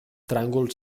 tràngol